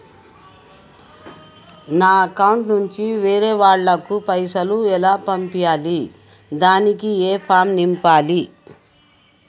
నా అకౌంట్ నుంచి వేరే వాళ్ళకు పైసలు ఎలా పంపియ్యాలి దానికి ఏ ఫామ్ నింపాలి?